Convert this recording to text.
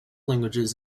languages